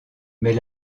mais